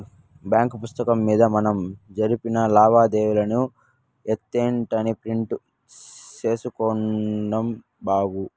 bank pass పుస్తకం మింద మనం జరిపిన లావాదేవీలని ఎంతెంటనే ప్రింట్ సేసుకోడం బాగు